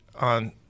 on